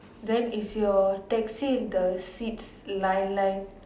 then is your taxi the seats line line